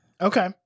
Okay